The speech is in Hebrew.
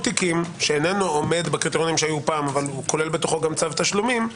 תיקים שאינו עומד בקריטריונים שהיו פעם וכולל בתוכו גם צו תשלומים,